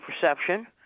perception